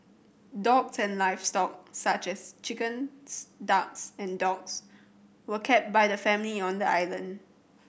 dogs and livestock such as chickens ducks and dogs were kept by the family on the island